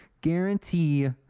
guarantee